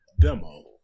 demo